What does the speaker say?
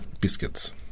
biscuits